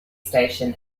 station